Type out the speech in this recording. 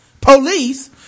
Police